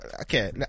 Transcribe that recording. okay